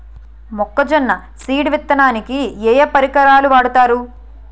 మొక్కజొన్న సీడ్ విత్తడానికి ఏ ఏ పరికరాలు వాడతారు?